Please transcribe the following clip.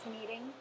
meeting